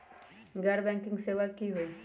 गैर बैंकिंग सेवा की होई?